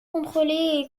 contrôler